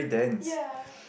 ya